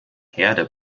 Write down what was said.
herde